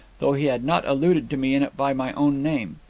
though he had not alluded to me in it by my own name.